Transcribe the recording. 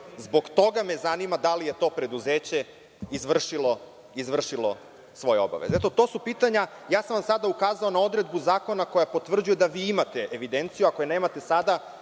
Zbog toga me zanima da li je to preduzeće izvršilo svoje obaveze. Eto, to su pitanja. Sada sam vam ukazao na odredbu zakona koja potvrđuje da vi imate evidenciju. Ako je nemate sada,